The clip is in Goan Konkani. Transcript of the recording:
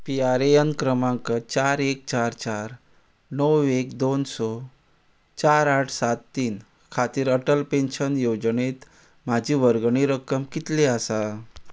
पी आर ए एन क्रमांक चार एक चार चार णव एक दोन स चार आठ सात तीन खातीर अटल पेन्शन येवजणेंत म्हजी वर्गणी रक्कम कितली आसा